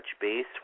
base